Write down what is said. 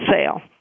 sale